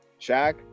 Shaq